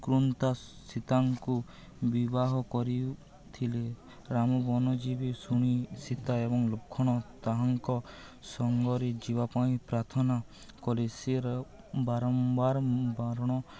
ସୀତାଙ୍କୁ ବିବାହ କରିଥିଲେ ରାମ ବନଜୀବୀ ଶୁଣି ସୀତା ଏବଂ ଲକ୍ଷଣ ତାହାଙ୍କ ସଙ୍ଗରେ ଯିବା ପାଇଁ ପ୍ରାର୍ଥନା କଲେ ସେ ବାରମ୍ବାର ବାରଣ